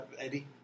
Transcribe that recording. Eddie